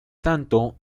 tanto